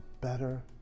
better